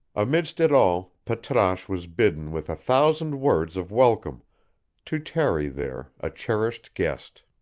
amidst it all patrasche was bidden with a thousand words of welcome to tarry there a cherished guest.